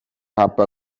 حبه